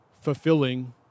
fulfilling